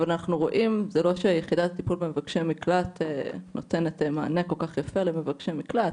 זה לא שיחידת הטיפול במבקשי מקלט נותנת מענה כל כך למבקשי מקלט,